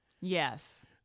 Yes